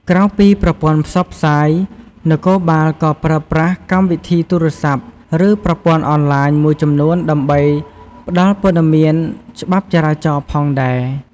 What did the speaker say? ក្រៅពីប្រព័ន្ធផ្សព្វផ្សាយ នគរបាលក៏ប្រើប្រាស់ កម្មវិធីទូរស័ព្ទ ឬប្រព័ន្ធអនឡាញ មួយចំនួនដើម្បីផ្តល់ព័ត៌មានច្បាប់ចរាចរណ៍ផងដែរ។